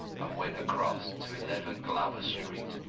and went across to eleven glover street.